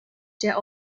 der